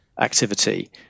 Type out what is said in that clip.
activity